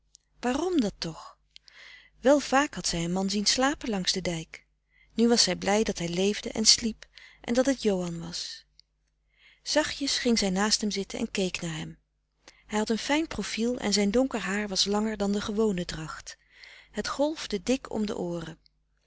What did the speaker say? waarom dat toch wel vaak had zij een man zien slapen langs den dijk nu was zij blij dat hij leefde en sliep en dat het frederik van eeden van de koele meren des doods johan was zachtjens ging zij naast hem zitten en keek naar hem hij had een fijn profiel en zijn donker haar was langer dan de gewone dracht het golfde dik om de ooren